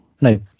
no